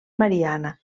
mariana